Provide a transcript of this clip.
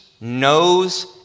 knows